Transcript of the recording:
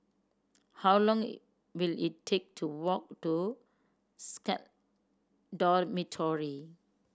how long will it take to walk to SCAL Dormitory